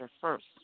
first